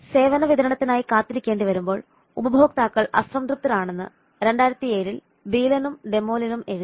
സേവന വിതരണത്തിനായി കാത്തിരിക്കേണ്ടിവരുമ്പോൾ ഉപഭോക്താക്കൾ അസംതൃപ്തരാണെന്ന് 2007 ൽ ബീലനും ഡെമോലിനും എഴുതി